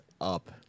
up